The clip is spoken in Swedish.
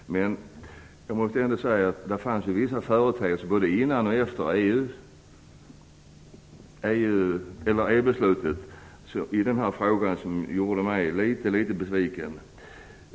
Men jag måste ändå säga att det fanns vissa företeelser både innan och efter EU-beslutet som gjorde mig litet besviken.